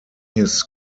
his